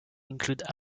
included